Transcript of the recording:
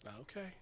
Okay